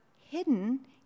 hidden